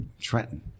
Trenton